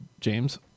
James